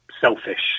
selfish